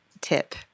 tip